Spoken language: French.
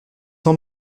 son